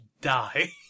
die